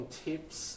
tips